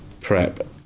PrEP